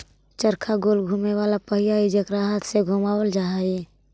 चरखा गोल घुमें वाला पहिया हई जेकरा हाथ से घुमावल जा हई